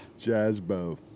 Jazzbo